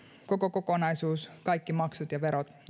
koko kokonaisuus kaikki maksut ja verot